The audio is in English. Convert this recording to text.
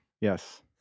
Yes